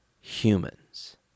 humans